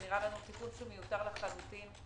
זה נראה לנו תיקון מיותר לחלוטין.